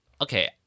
okay